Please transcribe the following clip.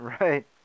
Right